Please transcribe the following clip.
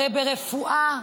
הרי ברפואה,